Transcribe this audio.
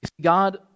God